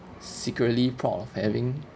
secretly proud of having